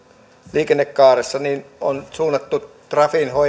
liikennekaaressa on suunnattu trafin